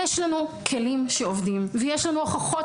יש לנו כלים שעובדים ויש לנו הוכחות,